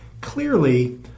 Clearly